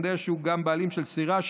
אני יודע שהוא גם בעלים של סירה.